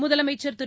முதலமைச்சர் திரு